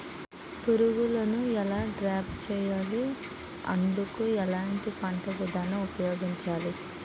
పురుగులను ఎలా ట్రాప్ చేయాలి? అందుకు ఎలాంటి పంట విధానం ఉపయోగించాలీ?